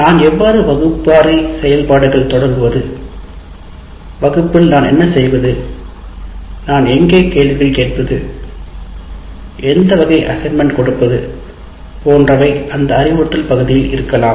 நான் எவ்வாறு வகுப்பறை செயல்பாடுகள் தொடங்குவது வகுப்பில் நான் என்ன செய்வது நான் எங்கே கேள்விகள் கேட்பது எந்த வகை அசைன்மென்ட் கொடுப்பது போன்றவை அந்த அறிவுறுத்தல் பகுதியில் இருக்கலாம்